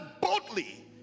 boldly